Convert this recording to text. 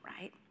right